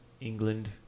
England